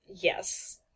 Yes